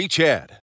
Chad